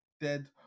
dead